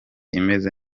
imeze